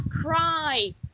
cry